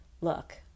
look